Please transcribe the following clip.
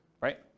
right